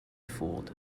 fooled